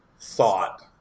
thought